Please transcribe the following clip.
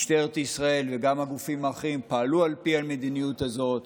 משטרת ישראל וגם הגופים האחרים פעלו על פי המדיניות הזאת.